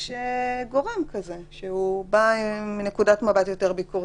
יש גורם שבא עם נקודת מבט יותר ביקורתית.